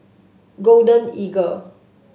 Golden Eagle